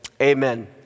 amen